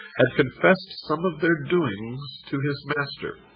had confessed some of their doings to his master.